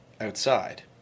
outside